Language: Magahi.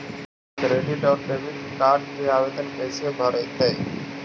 क्रेडिट और डेबिट कार्ड के आवेदन कैसे भरैतैय?